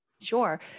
Sure